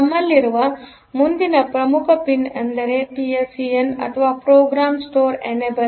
ನಮ್ಮಲ್ಲಿರುವ ಮುಂದಿನ ಪ್ರಮುಖ ಪಿನ್ ಎಂದರೆ ಪಿಎಸ್ಇಎನ್ ಅಥವಾ ಪ್ರೋಗ್ರಾಂ ಸ್ಟೋರ್ ಎನೇಬಲ್